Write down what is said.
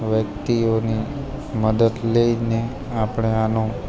વ્યક્તિઓની મદદ લઈને આપણે આનો